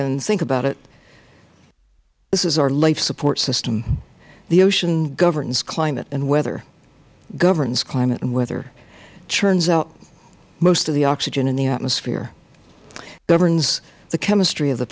and think about it this is our life support system the ocean governs climate and weather governs climate and weather churns out most of the oxygen in the atmosphere governs the chemistry of the